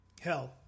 Hell